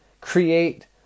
create